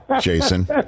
Jason